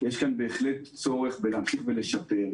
יש כאן בהחלט צורך להמשיך ולשפר.